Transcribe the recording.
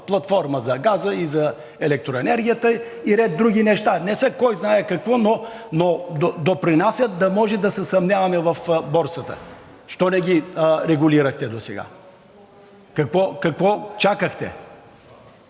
платформата за газа, за електроенергията и за ред други неща. Не са кой знае какво, но допринасят да може да се съмняваме в борсата. Защо не ги регулирахте досега? Какво чакахте?